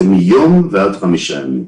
זה מיום ועד 5 ימים.